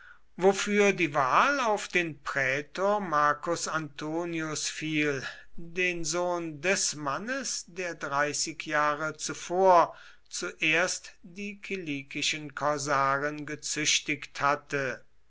wofür die wahl auf den prätor marcus antonius fiel den sohn des mannes der dreißig jahre zuvor zuerst die kilikischen korsaren gezüchtigt hatte